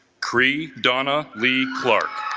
cree donna lee clark